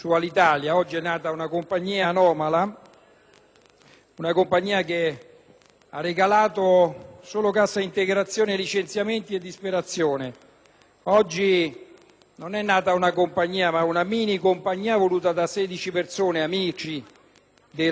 una compagnia che ha regalato solo cassa integrazione, licenziamenti e disperazione. Oggi non è nata una compagnia, ma una minicompagnia voluta da 16 persone, amici del presidente del Consiglio Berlusconi...